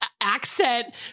accent